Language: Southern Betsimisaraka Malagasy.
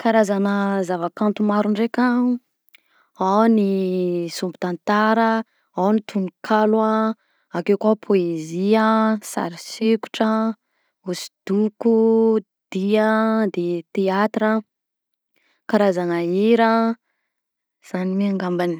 Karazagna zava-kanto maro ndraika an: ao ny sombitantara, ao ny tononkalo a, akeo koa poezia, sary sikotra, hosodoko, dihy an, de teatra, karazana hira, zany mi angambany.